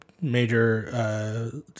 major